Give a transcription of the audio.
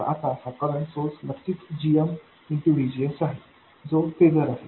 तर आता हा करंट सोर्स नक्कीच gm VGS आहे जो फेझर आहे